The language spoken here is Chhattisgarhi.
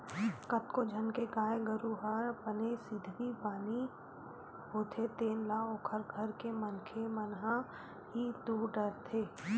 कतको झन के गाय गरु ह बने सिधवी बानी होथे तेन ल ओखर घर के मनखे मन ह ही दूह डरथे